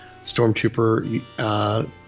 stormtrooper